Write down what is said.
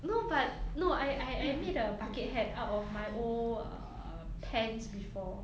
no but no I I I made the bucket hat out of my old uh pants before